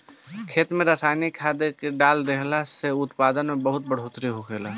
खेत में रसायनिक खाद्य के डाल देहला से उत्पादन में बहुत बढ़ोतरी होखेला